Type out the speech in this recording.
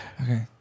Okay